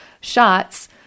shots